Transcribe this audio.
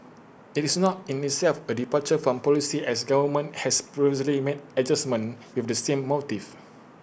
IT is not in itself A departure from policy as government has previously made adjustments with the same motive